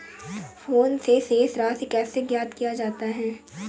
Phone से शेष राशि कैसे ज्ञात किया जाता है?